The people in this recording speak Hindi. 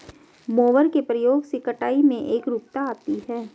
मोवर के प्रयोग से कटाई में एकरूपता आती है